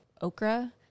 okra